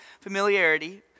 familiarity